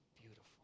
beautiful